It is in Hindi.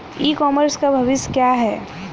ई कॉमर्स का भविष्य क्या है?